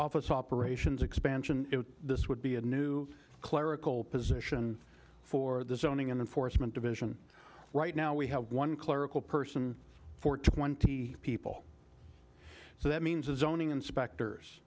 office operations expansion this would be a new clerical position for the zoning and enforcement division right now we have one clerical person for twenty people so that means as zoning inspectors